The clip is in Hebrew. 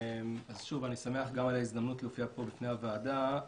אני שמח על ההזדמנות להופיע פה בפני הוועדה.